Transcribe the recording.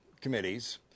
committees